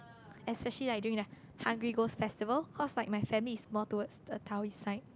especially like during the Hungry Ghost Festival cause like my family is like more towards the Taoist side